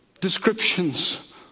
descriptions